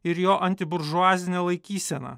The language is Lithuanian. ir jo antiburžuazinę laikyseną